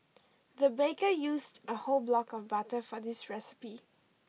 the baker used a whole block of butter for this recipe